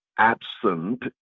absent